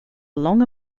long